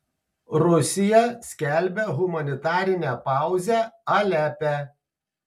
rusija skelbia humanitarinę pauzę alepe